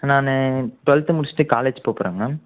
நான் டூவெல்த்து முடிச்சிட்டு காலேஜ் போகப்போறேன் மேம்